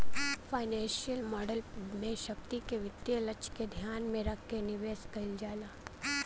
financial model में भविष्य क वित्तीय लक्ष्य के ध्यान में रखके निवेश कइल जाला